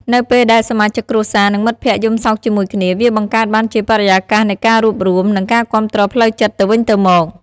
នៅពេលដែលសមាជិកគ្រួសារ និងមិត្តភក្តិយំសោកជាមួយគ្នា វាបង្កើតបានជាបរិយាកាសនៃការរួបរួម និងការគាំទ្រផ្លូវចិត្តទៅវិញទៅមក។